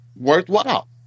worthwhile